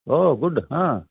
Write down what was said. ಹೋ ಗುಡ್ ಹಾಂ